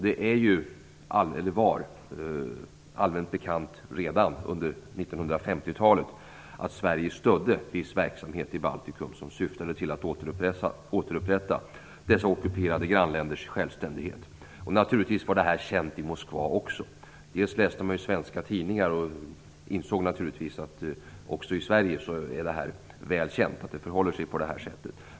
Det var allmänt bekant redan på 1950-talet att Sverige stödde viss verksamhet i Baltikum som syftade till att återupprätta dessa ockuperade grannländers självständighet. Det var naturligtvis känt i Moskva också. Man läste svenska tidningar och insåg naturligtvis att det var väl känt även i Sverige att det förhöll sig på det sättet.